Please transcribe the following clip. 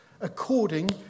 according